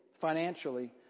financially